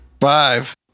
Five